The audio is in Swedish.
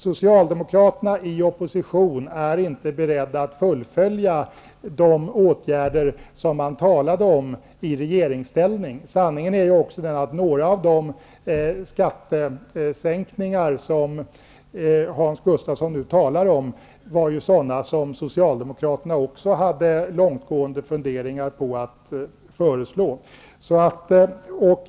Socialdemokraterna i opposition är inte beredda att fullfölja de åtgärder som de talade om i regeringsställning. Sanningen är också den att några av de skattesänkningar som Hans Gustafsson nu talade om var sådana som socialdemokraterna också hade långtgående funderingar om att föreslå.